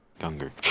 younger